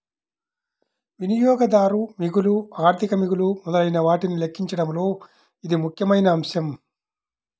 వినియోగదారు మిగులు, ఆర్థిక మిగులు మొదలైనవాటిని లెక్కించడంలో ఇది ముఖ్యమైన అంశం